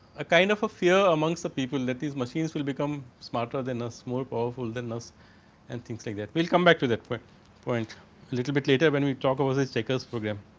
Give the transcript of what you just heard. a kind of a fear amongst a people that is machines will become smarter than us. more powerful than us and thinks like that, will come back to that point point little bit later. when we talk over is is checkers program.